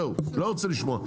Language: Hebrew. זהו, לא רוצה לשמוע.